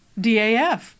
DAF